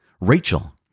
Rachel